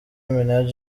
minaj